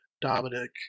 Dominic